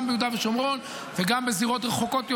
גם ביהודה ושומרון וגם בזירות רחוקות יותר,